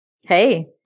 Hey